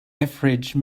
ethridge